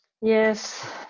Yes